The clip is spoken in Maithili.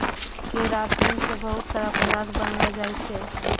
केराटिन से बहुत सारा पदार्थ बनलो जाय छै